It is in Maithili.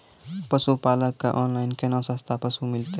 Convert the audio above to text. पशुपालक कऽ ऑनलाइन केना सस्ता पसु मिलतै?